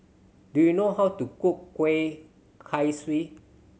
do you know how to cook Kueh Kaswi